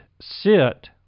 sit